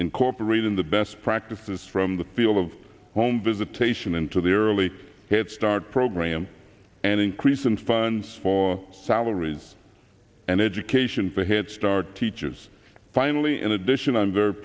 incorporate in the best practices from the field of home visitation into the early head start program an increase in funds for salaries and education for head start teachers finally in addition